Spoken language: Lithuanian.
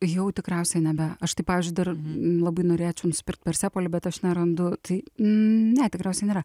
jau tikriausiai nebe aš tai pavyzdžiui dar labai norėčiau nusipirkt perselopį bet aš nerandu tai ne tikriausiai nėra